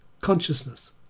Consciousness